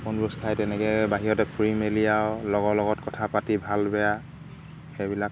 বনভোজ খাই তেনেকৈ বাহিৰতে ফুৰি মেলি আৰু লগৰ লগত কথা পাতি ভাল বেয়া সেইবিলাক